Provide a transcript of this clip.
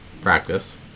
practice